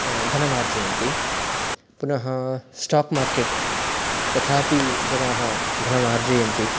धनम् आर्जयन्ति पुनः स्टाक् मार्केट् तथापि जनाः धनम् आर्जयन्ति